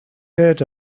heard